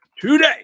today